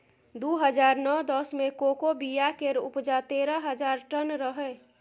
दु हजार नौ दस मे कोको बिया केर उपजा तेरह हजार टन रहै